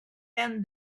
and